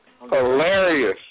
Hilarious